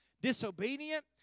disobedient